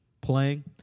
playing